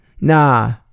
nah